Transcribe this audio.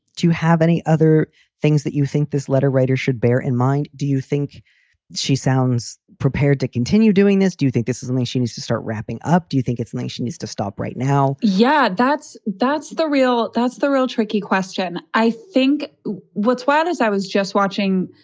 do you have any other things that you think this letter writers should bear in mind? do you think she sounds prepared to continue doing this? do you think this is and something she needs to start wrapping up? do you think it's like she needs to stop right now? yeah, that's that's the real that's the real tricky question. i think while as i was just watching,